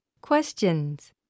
Questions